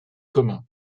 commun